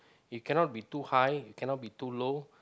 you cannot be too high you cannot be too low